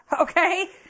Okay